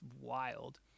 Wild